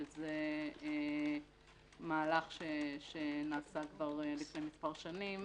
שזה מהלך שנעשה כבר לפני מספר שנים,